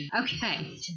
Okay